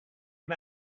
him